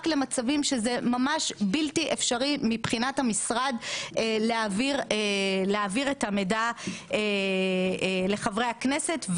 למצבים שזה ממש בלתי אפשרי מבחינת המשרד להעביר את המידע לחברי הכנסת.